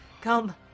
Come